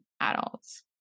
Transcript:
adults